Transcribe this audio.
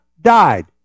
died